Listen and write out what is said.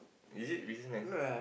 is it businessman